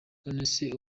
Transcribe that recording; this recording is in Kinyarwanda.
nonese